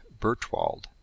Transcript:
Bertwald